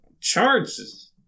Charges